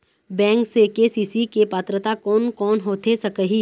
Bank से KCC के पात्रता कोन कौन होथे सकही?